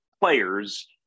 players